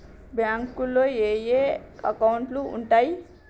బ్యాంకులో ఏయే అకౌంట్లు ఉంటయ్?